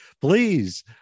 please